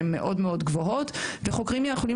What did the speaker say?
הן מאוד מאוד גבוהות וחוקרים יכולים